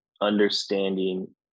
understanding